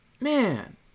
man